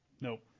Nope